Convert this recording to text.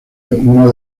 una